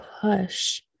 push